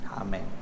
Amen